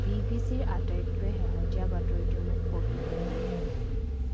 B B C ৰ আটাইতকৈ শেহতীয়া বাতৰিটো মোক পঢ়ি শুনোৱা